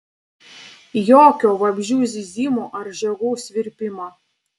jokio vabzdžių zyzimo ar žiogų svirpimo